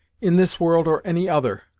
in this world, or any other,